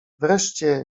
wreszcie